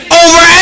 over